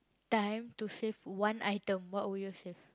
time to save one item what would you save